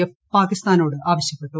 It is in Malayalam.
എഫ് പാകിസ്ഥാനോട് ആവശ്യപ്പെട്ടു